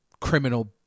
criminal